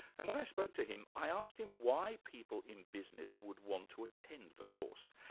and when i spoke to him, i asked him why people in business would want to attend the course.